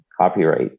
copyright